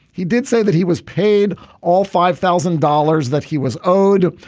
he did say that he was paid all five thousand dollars that he was owed.